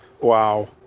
Wow